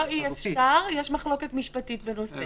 לא אי אפשר, יש מחלוקת משפטית בנושא.